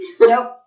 Nope